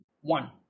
One